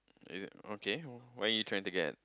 is it okay what you trying to get